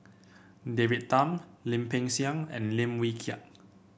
David Tham Lim Peng Siang and Lim Wee Kiak